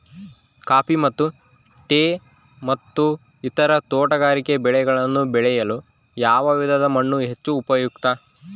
Coffee ಮತ್ತು tea ಮತ್ತು ಇತರ ತೋಟಗಾರಿಕೆ ಬೆಳೆಗಳನ್ನು ಬೆಳೆಯಲು ಯಾವ ವಿಧದ ಮಣ್ಣು ಹೆಚ್ಚು ಉಪಯುಕ್ತ?